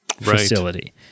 facility